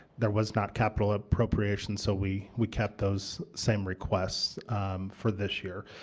there was not capital appropriation so we we kept those same requests for this year.